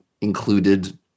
included